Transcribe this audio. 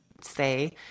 say